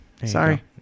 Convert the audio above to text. sorry